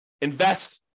invest